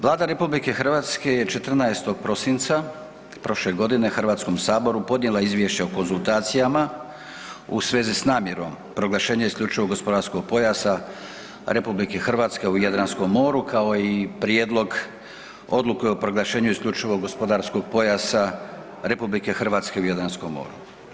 Vlada RH je 14. prosinca prošle godine Hrvatskom saboru podnijela izvješće o konzultacijama u svezi s namjerom proglašenja isključivog gospodarskog pojasa RH u Jadranskom moru kao i Prijedlog odluke o proglašenju isključivog gospodarskog pojasa RH u Jadranskom moru.